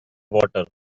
water